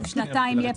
אחרי אותן שנתיים יהיו